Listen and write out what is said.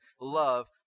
love